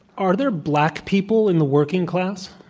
are there black people in the working class?